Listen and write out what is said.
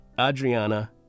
Adriana